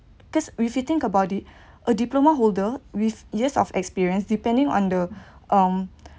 this if we think about it a diploma holder with years of experience depending on the um